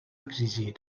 exigir